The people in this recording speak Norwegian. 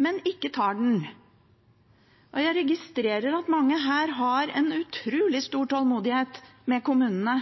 men ikke tar den. Jeg registrerer at mange her har en utrolig stor tålmodighet med kommunene,